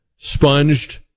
Sponged